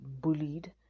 bullied